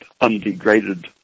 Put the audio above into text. undegraded